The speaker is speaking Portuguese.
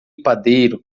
padeiro